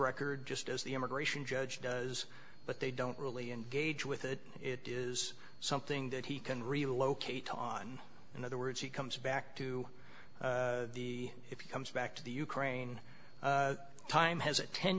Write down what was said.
record just as the immigration judge does but they don't really engage with it it is something that he can relocate on in other words he comes back to the if he comes back to the ukraine time has atten